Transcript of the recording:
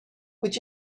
would